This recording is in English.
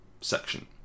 section